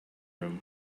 room